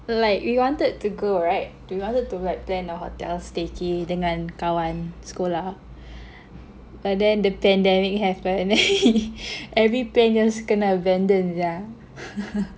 like we wanted to go right we wanted to like plan a hotel staycay dengan kawan sekolah but then the pandemic happened and then every place just kena abandon sia